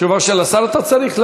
תשובה של השר אתה צריך?